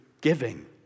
giving